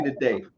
today